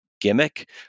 gimmick